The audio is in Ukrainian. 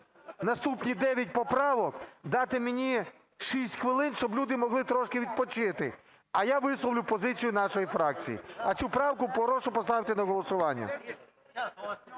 наступні дев'ять поправок дати мені 6 хвилин, щоб люди могли трошки відпочити, а я висловлю позицію нашої фракції. А цю правку прошу поставити на голосування.